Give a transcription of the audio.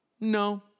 No